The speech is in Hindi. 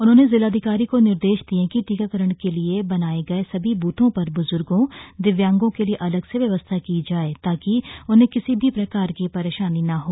उन्होने जिलाधिकारी को निर्देश दिए कि टीकाकरण के लिए बनाए गए सभी बूथों पर बुजुर्गों दिव्यांगों के लिए अलग से व्यवस्था की जाए ताकि उन्हें किसी भी प्रकार की परेशानी ना हो